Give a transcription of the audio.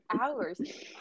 hours